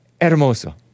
Hermoso